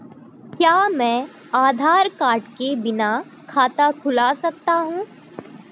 क्या मैं आधार कार्ड के बिना खाता खुला सकता हूं?